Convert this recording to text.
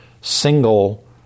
single